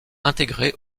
intégrée